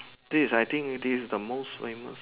this I think this's the most famous